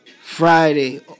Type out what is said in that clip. Friday